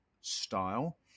style